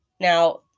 Now